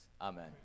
amen